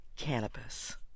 Cannabis